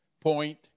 point